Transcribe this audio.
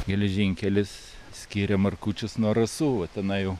geležinkelis skiria markučius nuo rasų va tenai jau